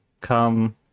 come